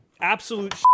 absolute